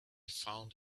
found